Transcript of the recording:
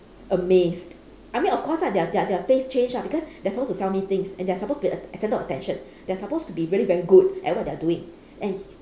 amazed I mean of course ah their their their face changed ah because they are supposed to sell me things and they are supposed to be the centre of attention they are supposed to be really very good at what they are doing and